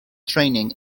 training